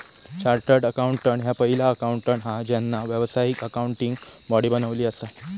chartered accountant ह्या पहिला accountant हा ज्यांना व्यावसायिक अकाउंटिंग बॉडी बनवली असा